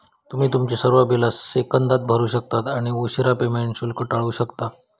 तुम्ही तुमची सर्व बिला सेकंदात भरू शकता आणि उशीरा पेमेंट शुल्क टाळू शकता